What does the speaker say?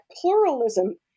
pluralism